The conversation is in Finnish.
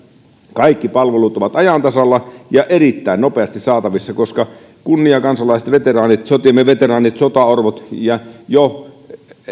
kaikki palvelut ovat ajan tasalla ja erittäin nopeasti saatavissa koska kunniakansalaisten sotiemme veteraanien sotaorpojen ja jo